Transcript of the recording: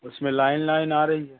उसमें line line आ रही है